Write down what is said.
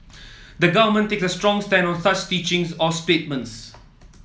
the Government takes a strong stand on such teachings or statements